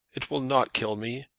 it will not kill me.